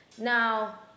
Now